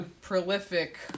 prolific